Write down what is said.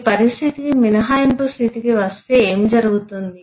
మీ పరిస్థితి మినహాయింపు స్థితికి వస్తే ఏమి జరుగుతుంది